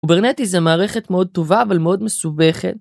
קוברנטיס זה מערכת מאוד טובה אבל מאוד מסובכת